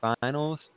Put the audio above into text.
finals